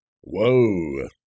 Whoa